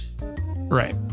right